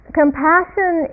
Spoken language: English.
compassion